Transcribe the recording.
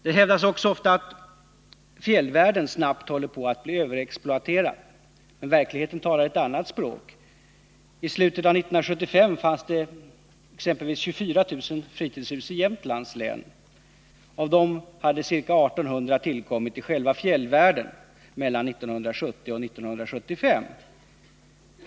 Det hävdas ofta att fjällvärlden snabbt håller på att bli överexploaterad. Verkligheten talar ett annat språk. I slutet av 1975 fanns det exempelvis 24 000 fritidshus i Jämtlands län. Av dessa hade ca 1 800 tillkommit i själva fjällvärlden mellan 1970 och 1975.